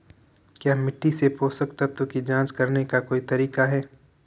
क्या मिट्टी से पोषक तत्व की जांच करने का कोई तरीका है?